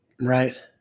Right